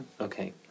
Okay